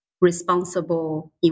responsible